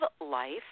life